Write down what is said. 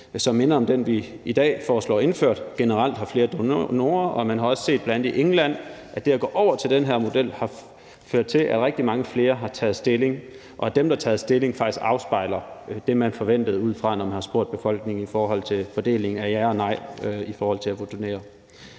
som minder om den, vi i dag foreslår indført, generelt har flere donorer. Og man har også set i bl.a. England, at det at gå over til den her model har ført til, at rigtig mange flere har taget stilling, og at dem, der har taget stilling, faktisk afspejler det, man forventede ud fra resultatet, da man spurgte befolkningen, i forhold til fordelingen af ja og nej til donation. Ud over